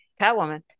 Catwoman